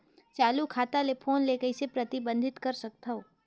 चालू खाता ले फोन ले कइसे प्रतिबंधित कर सकथव?